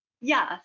Yes